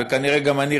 וכנראה גם אני,